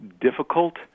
difficult